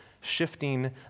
shifting